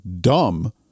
dumb